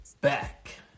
back